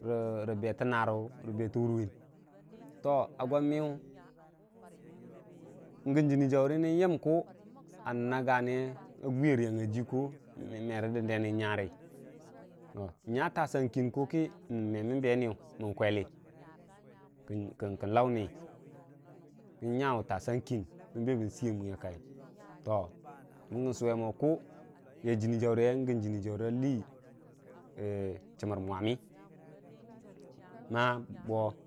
rə betə naru to a gwa məyu gən jini jaurə nən yənku a nin a gaye a hwiya rəyangnga jii ku rə dəndeni nyarə nnya tasang ku kə memən beniyʊ kən launi kən nyauuu jassang kin nsiya muya kai to bəngə nsuwe mo jənni jaurəye gən jənni ja a lii chəmmər wmammi ma bo.